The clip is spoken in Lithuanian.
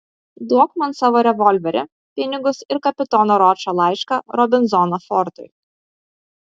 duok man savo revolverį pinigus ir kapitono ročo laišką robinzono fortui